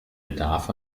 bedarf